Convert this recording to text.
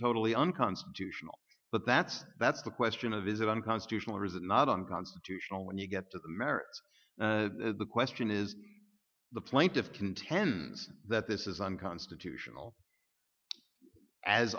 totally unconstitutional but that's that's the question of is it unconstitutional or is it not unconstitutional when you get to the merits the question is the plaintiff contends that this is unconstitutional as